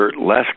less